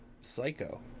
psycho